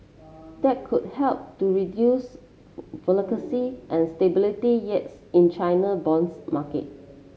that could help to reduce and stability yields in China bonds market